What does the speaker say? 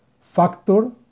factor